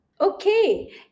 okay